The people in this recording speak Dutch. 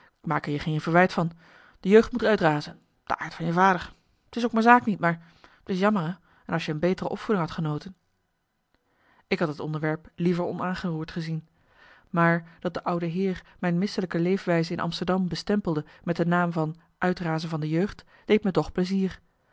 er je geen verwijt van de jeugd moet uitrazen de aard van je vader t is ook mijn zaak niet maar t is jammer hè en als je een betere opvoeding hadt genoten marcellus emants een nagelaten bekentenis ik had het onderwerp liever onaangeroerd gezien maar dat de oude heer mij misselijke leefwijze in amsterdam bestempelde met de naam van uitrazen van de jeugd deed me toch plezier